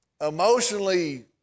emotionally